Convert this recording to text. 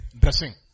Dressing